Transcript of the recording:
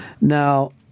Now